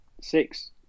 six